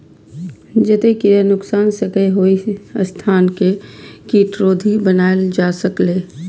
जतय कीड़ा नुकाय सकैए, ओहि स्थान कें कीटरोधी बनाएल जा सकैए